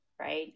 right